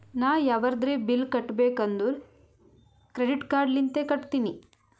ನಾ ಯಾವದ್ರೆ ಬಿಲ್ ಕಟ್ಟಬೇಕ್ ಅಂದುರ್ ಕ್ರೆಡಿಟ್ ಕಾರ್ಡ್ ಲಿಂತೆ ಕಟ್ಟತ್ತಿನಿ